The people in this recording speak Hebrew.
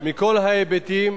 מכל ההיבטים,